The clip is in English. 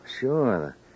Sure